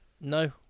No